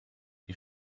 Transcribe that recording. die